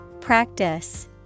Practice